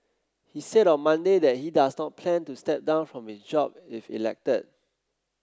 he said on Monday that he does not plan to step down from his job if elected